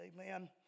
amen